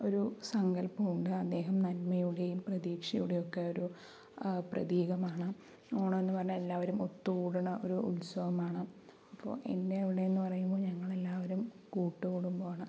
ഒരു സങ്കല്പം ഉണ്ട് അദ്ദേഹം നന്മയുടെയും പ്രതീക്ഷയുടെയൊക്കെ ഒരു പ്രതീകമാണ് ഓണം എന്ന് പറഞ്ഞാൽ എല്ലാവരും ഒത്ത് കൂടണ ഒരു ഉത്സവമാണ് അപ്പോൾ എൻ്റെ അവിടെ എന്ന് പറയുമ്പോൾ ഞങ്ങൾ എല്ലാവരും കൂട്ടുകുടുംബമാണ്